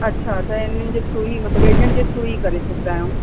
अच्छा त हिननि जे थ्रू ई मतलबु एजंट जे थ्रू ई करे सघंदा आहियूं